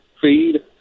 feed